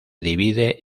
divide